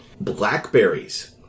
Blackberries